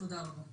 תודה רבה.